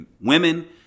Women